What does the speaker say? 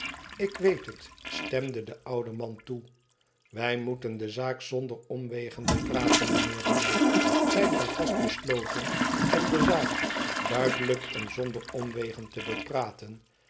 lik weet het stemde de oude man toe wij moeten de zaak zonder omwegen bepraten mijnheer riah zijt gij vast besloten om de zaak duidelijk en zonder omwegen te bepraten